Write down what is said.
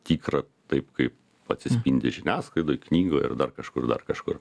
tikra taip kaip atsispindi žiniasklaidoj knygoj ar dar kažkur dar kažkur